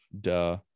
duh